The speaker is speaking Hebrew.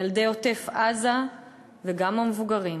ילדי עוטף-עזה וגם המבוגרים